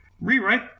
rewrite